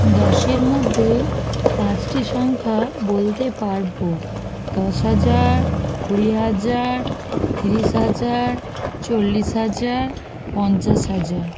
দশের মধ্যে পাঁচটি সংখ্যা বলতে পারবো দশ হাজার কুড়ি হাজার তিরিশ হাজার চল্লিশ হাজার পঞ্চাশ হাজার